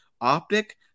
Optic